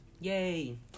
yay